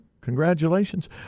congratulations